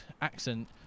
accent